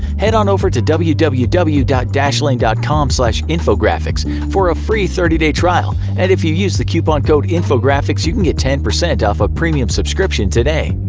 head on over to www www dot dashlane dot com slash infographics for a free thirty day trial, and if you use the coupon code infographics you can get ten percent off a premium subscription today!